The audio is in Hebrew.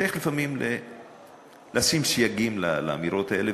צריך לפעמים לשים סייגים לאמירות האלה.